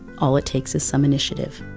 all it takes is some initiative.